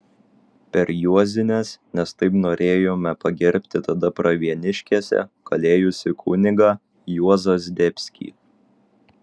per juozines nes taip norėjome pagerbti tada pravieniškėse kalėjusi kunigą juozą zdebskį